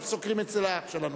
אנחנו שוכרים אצל האח שלנו.